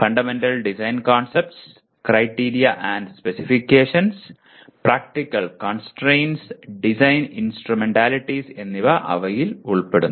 fundamental design concepts criteria and specifications practical constraints design instrumentalities എന്നിവ അവയിൽ ഉൾപ്പെടുന്നു